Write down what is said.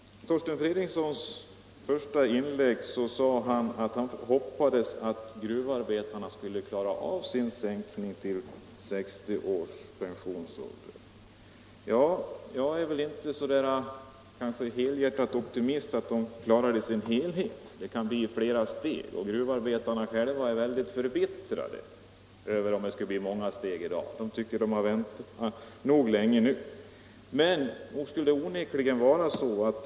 Torsten Fredriksson sade i sitt första inlägg att han hoppades att gruvarbetarna skulle klara sin sänkning av pensionsåldern till 60 år. Jag är inte så helhjärtat optimistisk om att de klarar den på en gång — det kan bli i flera steg. Gruvarbetarna själva är mycket förbittrade om sänkningen skall behöva gå i flera steg. De tycker att de har väntat länge nog.